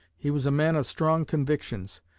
he was a man of strong convictions,